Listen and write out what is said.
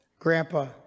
Grandpa